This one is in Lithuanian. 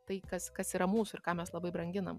tai kas kas yra mūsų ir ką mes labai branginam